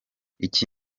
iki